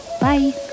bye